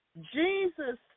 Jesus